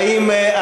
האם,